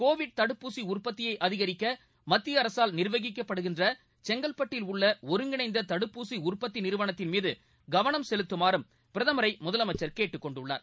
Covid தடுப்பூசி உற்பத்தியை அதிகரிக்க மத்திய அரசால் நிர்வகிக்கப்படுகின்ற செங்கல்பட்டில் உள்ள ஒருங்கிணைந்த தடுப்பூசி உற்பத்தி நிறுவனத்தின் மீது கவனம் செலுத்துமாறும் பிரதமரை முதலமைச்சர் கேட்டுக்கொண்டுள்ளார்